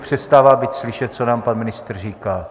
Přestává být slyšet, co nám pan ministr říká.